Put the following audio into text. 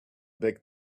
big